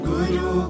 Guru